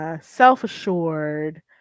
self-assured